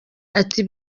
ati